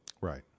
Right